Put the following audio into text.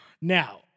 Now